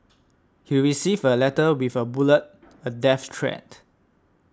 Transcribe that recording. he received a letter with a bullet a death threat